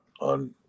on